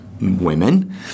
women